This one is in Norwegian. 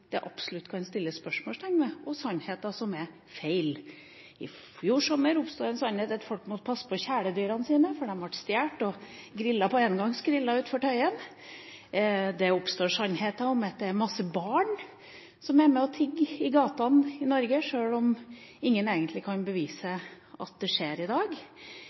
det absolutt kan stilles spørsmål ved, og sannheter som er feil. I fjor sommer oppsto en sannhet om at folk måtte passe på kjæledyrene sine fordi de ble stjålet og grillet på engangsgriller på Tøyen. Det oppstår sannheter om at mange barn er med og tigger i gatene i Norge, sjøl om ingen egentlig kan bevise at det skjer i dag.